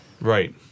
Right